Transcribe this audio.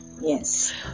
Yes